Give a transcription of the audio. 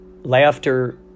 laughter